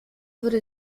würde